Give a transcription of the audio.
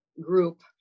group